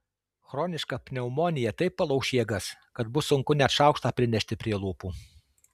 chroniška pneumonija taip palauš jėgas kad bus sunku net šaukštą prinešti prie lūpų